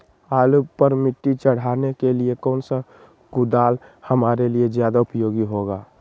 आलू पर मिट्टी चढ़ाने के लिए कौन सा कुदाल हमारे लिए ज्यादा उपयोगी होगा?